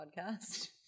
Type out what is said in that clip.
podcast